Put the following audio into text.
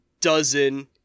dozen